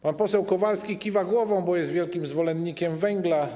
Pan poseł Kowalski kiwa głową, bo jest wielkim zwolennikiem węgla.